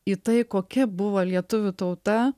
į tai kokia buvo lietuvių tauta